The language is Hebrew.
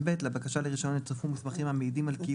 5/ב'.לבקשה לרישיון יצורפו מסמכים המעידים על קיום